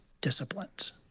disciplines